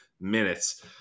minutes